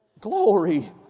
Glory